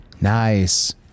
Nice